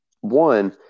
one